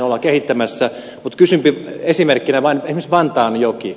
ollaan kehittämässä mutta kysyn esimerkkinä vantaanjoesta